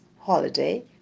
holiday